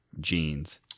jeans